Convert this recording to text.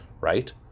right